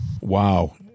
Wow